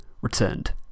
returned